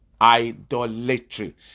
Idolatry